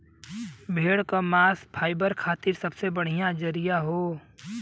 भेड़ क मांस फाइबर खातिर सबसे बढ़िया जरिया हौ